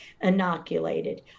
inoculated